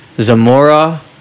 Zamora